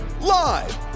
live